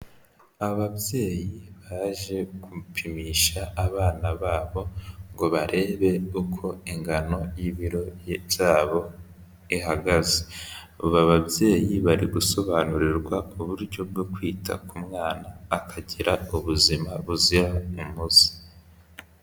Ababyeyi baje gupimisha abana babo ngo barebe uko ingano y'ibiro byabo ihagaze, ubu ababyeyi bari gusobanurirwa uburyo bwo kwita ku mwana akagira ubuzima buzira umuze.